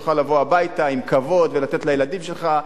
שתוכל לבוא הביתה עם כבוד ולתת לילדים שלך,